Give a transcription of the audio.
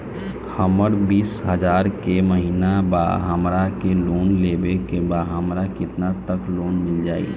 हमर बिस हजार के महिना बा हमरा के लोन लेबे के बा हमरा केतना तक लोन मिल जाई?